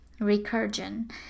recursion